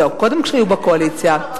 יודעת,